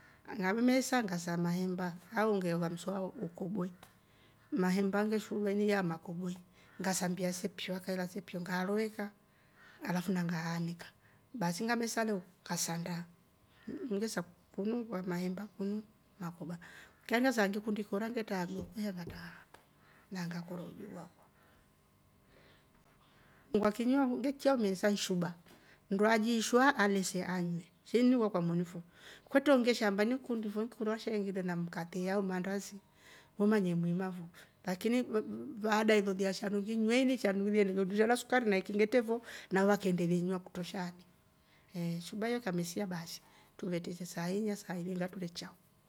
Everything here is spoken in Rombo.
Ngammesa ngasa mahemba au ngehola mswa ukobwowe. Mahemba ngeshuula ini yo makobowe ngasambia se piu. yakaela se piu nga roveka alaf nangaanika baasi ngamesa leu ngasanda, ngesa kunu mahemba kunu makoba kilya saa ngikundi ikora ngetraa kidoko ngatraa na ngakora uji wakwa, ukamme kiywa ngeikya ho mesani shuba nndu ajiishwa alese anywe shi wakwa moni fo, kwetre eshaamba ngikundi fo nkora shai nginywe na mkate au maandasi umanye muima fo lakini baada ilolya shandu nginywaa ini shandu ngiliendenelia undusha na sukari na iki ngetre fo na vakeendelia inywa kutroshaani eeh suba ikamesiya baasi truvetre se saa inya saa ilinga tule chao.